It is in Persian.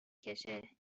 کشه